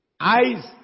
eyes